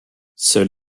seul